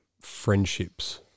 friendships